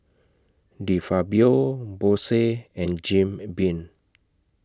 De Fabio Bose and Jim Beam